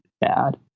bad